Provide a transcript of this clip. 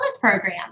program